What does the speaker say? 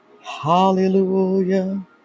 Hallelujah